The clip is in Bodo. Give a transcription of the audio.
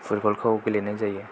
फुटबलखौ गेलेनाय जायो